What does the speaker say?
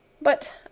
But